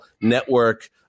network